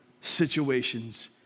situations